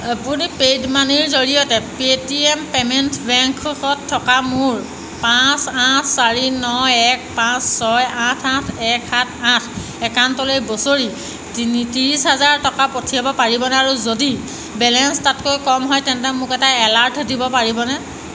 আপুনি পেইড মানিৰ জৰিয়তে পে'টিএম পে'মেণ্ট বেংকত থকা মোৰ পাঁচ আঠ চাৰি ন এক পাঁচ ছয় আঠ আঠ এক সাত আঠ একাউণ্টলৈ বছৰি তিনি ত্ৰিছ হাজাৰ টকা পঠিয়াব পাৰিবনে আৰু যদি বেলেঞ্চ তাতকৈ কম হয় তেন্তে মোক এটা এলাৰ্ট দিব পাৰিবনে